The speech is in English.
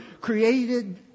Created